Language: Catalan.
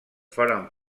foren